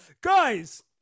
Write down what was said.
guys